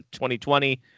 2020